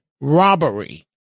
robbery